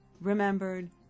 remembered